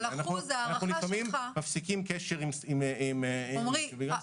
אנחנו לפעמים מפסיקים קשר עם --- עמרי,